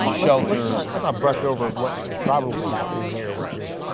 um shelter. let's not brush over what is probably happening here which is